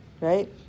Right